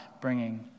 bringing